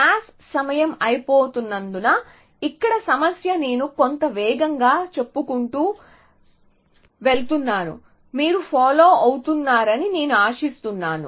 class సమయం అయిపోతున్నందున ఇక్కడ సమస్యను నేను కొంత వేగంగా చెప్పుకుంటూ వెళుతున్నాను మీరు ఫాలో అవుతున్నారని నేను ఆశిస్తున్నాను